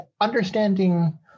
understanding